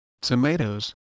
tomatoes